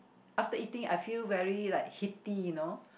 after eating I feel very like heaty you know